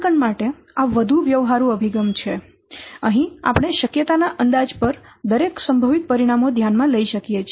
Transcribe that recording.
તેથી અહીં આપણે શક્યતાના અંદાજ પર દરેક સંભવિત પરિણામો ધ્યાનમાં લઈએ છીએ